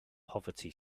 poverty